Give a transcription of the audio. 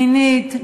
מינית,